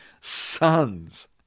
sons